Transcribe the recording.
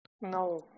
No